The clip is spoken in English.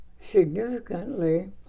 significantly